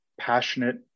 passionate